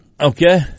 Okay